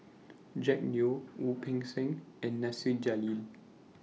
Jack Neo Wu Peng Seng and Nasir Jalil